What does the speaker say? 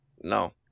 No